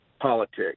politics